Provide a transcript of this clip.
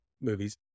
movies